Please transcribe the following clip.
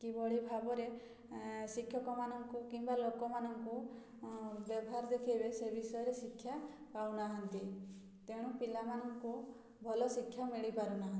କିଭଳି ଭାବରେ ଶିକ୍ଷକମାନଙ୍କୁ କିମ୍ବା ଲୋକମାନଙ୍କୁ ବ୍ୟବହାର ଦେଖାଇବେ ସେ ବିଷୟରେ ଶିକ୍ଷା ପାଉନାହାଁନ୍ତି ତେଣୁ ପିଲାମାନଙ୍କୁ ଭଲ ଶିକ୍ଷା ମିଳିପାରୁନାହିଁ